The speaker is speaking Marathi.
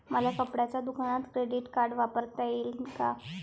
मले कपड्याच्या दुकानात क्रेडिट कार्ड वापरता येईन का?